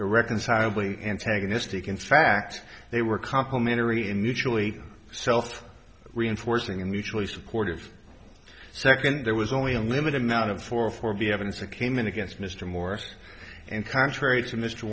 irreconcilably antagonistic in fact they were complimentary and mutually reinforcing and mutually supportive second there was only a limited amount of four or four b evidence that came in against mr morris and contrary to mr